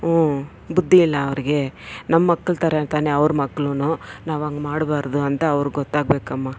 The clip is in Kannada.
ಬುದ್ಧಿ ಇಲ್ಲ ಅವ್ರಿಗೆ ನಮ್ಮ ಮಕ್ಕಳ ಥರ ತಾನೇ ಅವ್ರ ಮಕ್ಳೂ ನಾವು ಹಂಗೆ ಮಾಡಬಾರ್ದು ಅಂತ ಅವ್ರಿಗೆ ಗೊತ್ತಾಗಬೇಕಮ್ಮ